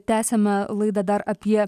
tęsiame laidą dar apie